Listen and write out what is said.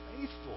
faithful